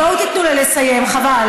בואו תיתנו לה לסיים, חבל.